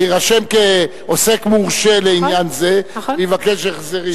יירשם כעוסק מורשה לעניין זה ויבקש החזרים.